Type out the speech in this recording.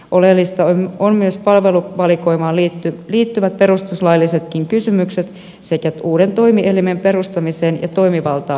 oleellisia ovat myös palveluvalikoimaan liittyvät perustuslaillisetkin kysymykset sekä uuden toimielimen perustamiseen ja toimivaltaan liittyvät tekijät